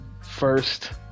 first